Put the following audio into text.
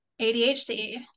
adhd